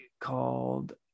called